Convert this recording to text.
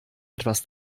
etwas